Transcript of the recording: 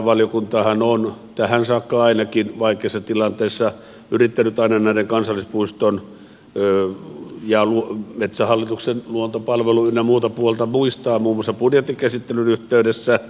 valtiovarainvaliokuntahan on tähän saakka ainakin vaikeassa tilanteessa yrittänyt aina kansallispuiston ja metsähallituksen luontopalveluiden ynnä muiden puolta muistaa muun muassa budjetin käsittelyn yhteydessä